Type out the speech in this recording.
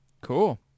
Cool